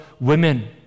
women